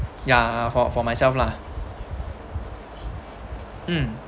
ya for for myself lah mm